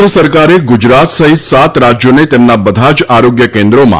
કેન્દ્ર સરકારે ગુજરાત સહિત સાત રાજ્યોને તેમના બધા જ આરોગ્ય કેન્દ્રોમાં